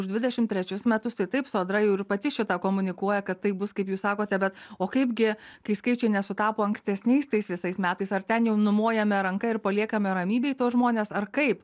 už dvidešim trečius metus tai taip sodra jau ir pati šitą komunikuoja kad taip bus kaip jūs sakote bet o kaipgi kai skaičiai nesutapo ankstesniais tais visais metais ar ten jau numojame ranka ir paliekame ramybėj tuos žmones ar kaip